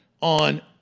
on